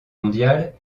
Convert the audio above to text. mondiale